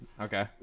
Okay